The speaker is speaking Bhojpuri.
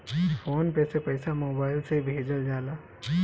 फ़ोन पे से पईसा मोबाइल से भेजल जाला